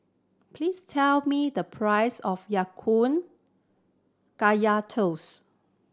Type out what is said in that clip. please tell me the price of Ya Kun Kaya Toast